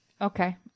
Okay